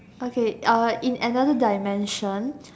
okay uh in another dimension